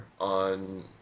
on